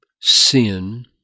sin